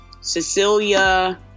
Cecilia